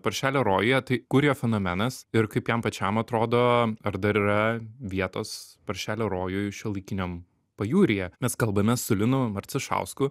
paršelio rojuje tai kur jo fenomenas ir kaip jam pačiam atrodo ar dar yra vietos paršelio rojui šiuolaikiniam pajūryje mes kalbamės su linu marcišausku